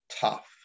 tough